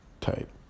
type